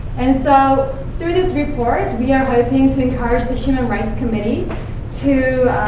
and so through this report, we are hoping to encourage the human rights committee to